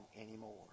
anymore